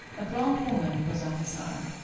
a blonde woman was on his arm.